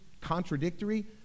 contradictory